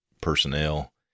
personnel